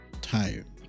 tired